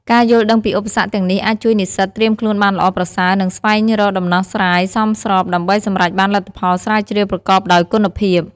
ការយល់ដឹងពីឧបសគ្គទាំងនេះអាចជួយនិស្សិតត្រៀមខ្លួនបានល្អប្រសើរ និងស្វែងរកដំណោះស្រាយសមស្របដើម្បីសម្រេចបានលទ្ធផលស្រាវជ្រាវប្រកបដោយគុណភាព។